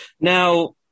Now